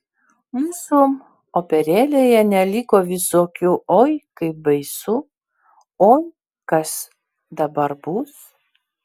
mūsų operėlėje neliko visokių oi kaip baisu oi kas dabar bus